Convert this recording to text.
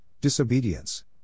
disobedience